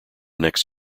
next